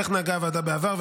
כך נהגה הוועדה בעבר,